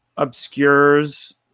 obscures